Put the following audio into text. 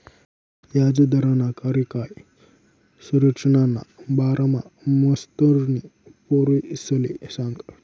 याजदरना कार्यकाय संरचनाना बारामा मास्तरनी पोरेसले सांगं